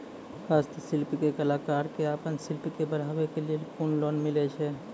हस्तशिल्प के कलाकार कऽ आपन शिल्प के बढ़ावे के लेल कुन लोन मिलै छै?